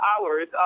hours